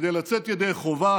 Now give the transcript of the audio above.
כדי לצאת ידי חובה